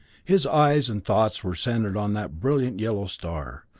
his eyes and thoughts were centered on that brilliant yellow star,